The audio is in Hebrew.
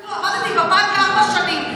אני עבדתי בבנק ארבע שנים.